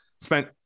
spent